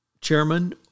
chairman